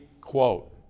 quote